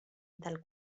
del